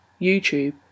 YouTube